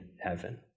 heaven